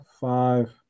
five